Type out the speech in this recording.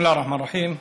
בסם אללה א-רחמאן א-רחים.